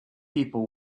people